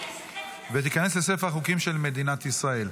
ותיכנס לספר החוקים של מדינת ישראל.